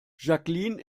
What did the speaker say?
jacqueline